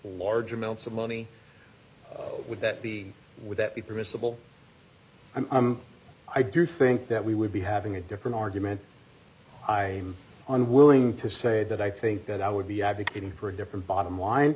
large amounts of money would that be would that be permissible i'm i do think that we would be having a different argument i'm unwilling to say that i think that i would be advocating for a different bottom line